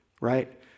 right